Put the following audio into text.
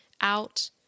out